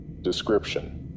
Description